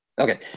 okay